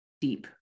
deep